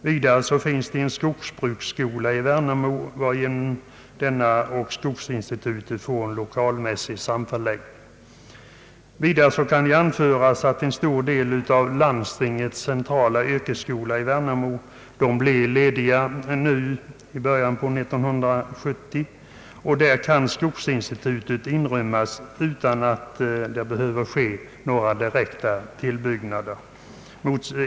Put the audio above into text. Vidare finns en skogsbruksskola i Värnamo. Denna skola och skogsinstitutet får en lokalmässig samförläggning. Vidare kan anföras att en stor del av landstingets centrala yrkesskola i Värnamo blir ledig i början på 1970. Där kan skogsinstitutet inrymmas utan att det behöver göras några direkta tillbyggnader.